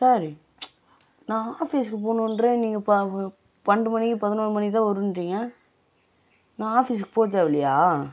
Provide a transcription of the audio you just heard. sir நான் ஆஃபிஸ்க்கு போகணுன்றேன் நீங்கள் பன்னெடு மணிக்கு பதினோரு மணிக்கு தான் வருன்ட்றிங்க நான் ஆஃபிஸ்க்கு போக தேவையில்லியா